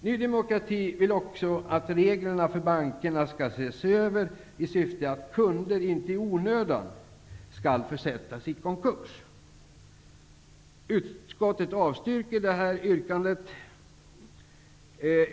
Ny demokrati vill också att reglerna för bankerna skall ses över i syfte att kunder inte i onödan skall försättas i konkurs. Utskottet avstyrker det yrkandet.